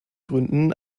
gründen